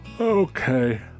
Okay